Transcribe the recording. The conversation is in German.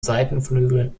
seitenflügel